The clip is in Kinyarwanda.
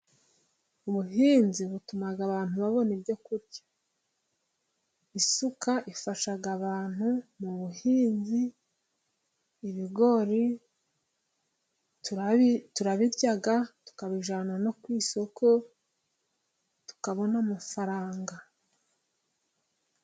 Ubuhinzi butuma abantu babona ibyo kurya. Isuka ifasha abantu mu buhinzi, ibigori turabirya, tukabijyana no ku isoko tukabona amafaranga.